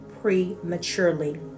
prematurely